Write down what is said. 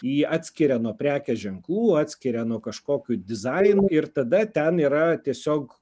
jį atskiria nuo prekės ženklų atskiria nuo kažkokių dizainų ir tada ten yra tiesiog